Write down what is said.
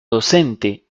docente